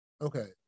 Okay